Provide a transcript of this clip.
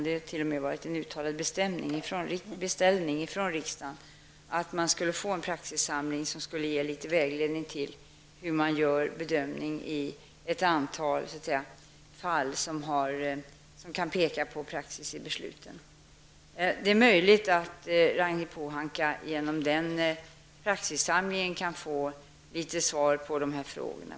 Det har t.o.m. gjorts en direkt beställning från riksdagen av en praxissamling, som skulle ge litet vägledning beträffande praxis i ett antal fall. Det är möjligt att Ragnhild Pohanka genom denna praxissamling kan få litet svar på sina frågor.